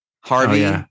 Harvey